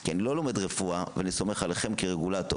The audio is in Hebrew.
כי אני לא לומד רפואה, ואני סומך עליכם כרגולטור.